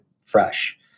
fresh